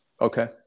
okay